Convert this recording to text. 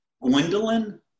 Gwendolyn